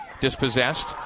Dispossessed